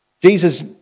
Jesus